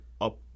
up